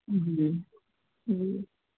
جی جی